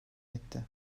etti